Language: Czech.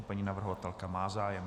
Paní navrhovatelka má zájem.